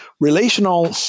Relational